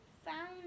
Found